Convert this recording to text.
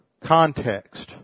context